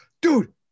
dude